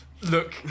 look